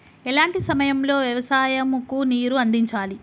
ఎలాంటి సమయం లో వ్యవసాయము కు నీరు అందించాలి?